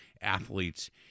athletes